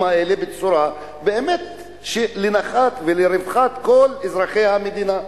האלה בצורה שהיא באמת לנחת ולרווחת כל אזרחי המדינה.